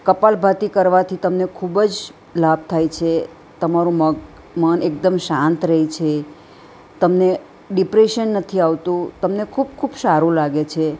કપાલભાતિ કરવાથી તમને ખૂબ જ લાભ થાય છે તમારું મગ મન એકદમ શાંત રહે છે તમને ડિપ્રેશન નથી આવતું તમને ખૂબ ખૂબ સારું લાગે છે